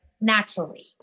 naturally